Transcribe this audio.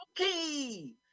okay